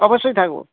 অবশ্যই থাকব